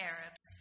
Arabs